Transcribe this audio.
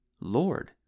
Lord